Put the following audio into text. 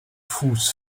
fuß